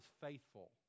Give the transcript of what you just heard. faithful